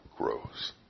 grows